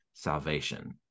salvation